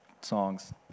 songs